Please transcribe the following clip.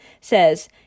says